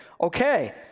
Okay